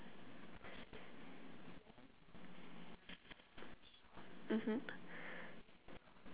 mmhmm